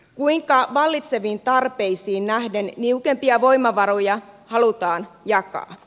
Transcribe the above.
kuinka vallitseviin tarpeisiin nähden niukempia voimavaroja halutaan jakaa